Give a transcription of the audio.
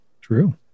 true